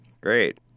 Great